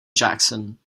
jackson